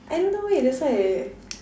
I don't know that's why ah